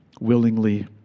willingly